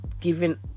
given